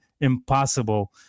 impossible